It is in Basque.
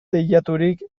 teilaturik